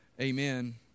Amen